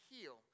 heal